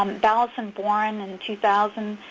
um balas and boren in two thousand,